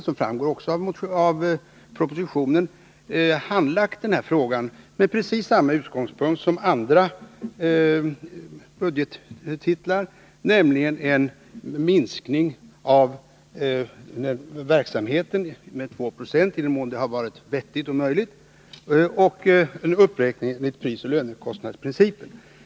Som framgår av propositionen, har den här frågan handlagts med precis samma utgångspunkt som andra budgettitlar, nämligen att man skulle åstadkomma en minskning av verksamheten med 2 96, i den mån det har varit vettigt och möjligt, och en uppräkning enligt prisoch lönekostnadsprincipen.